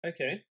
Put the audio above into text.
Okay